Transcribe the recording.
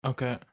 Okay